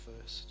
first